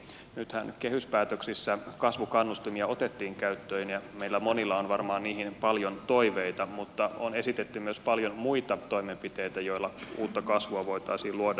nythän kehyspäätöksissä kasvukannustimia otettiin käyttöön ja meillä monilla on varmaan niihin paljon toiveita mutta on esitetty myös paljon muita toimenpiteitä joilla uutta kasvua voitaisiin luoda ja vauhdittaa